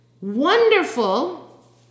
Wonderful